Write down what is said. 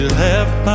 left